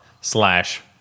slash